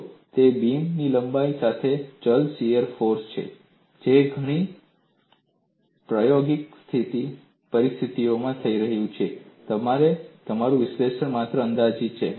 જો તે બીમની લંબાઈ સાથે ચલ શીયર ફોર્સ છે જે ઘણી પ્રાયોગિક પરિસ્થિતિઓમાં થઈ રહ્યું છે તો તમારું વિશ્લેષણ માત્ર અંદાજિત છે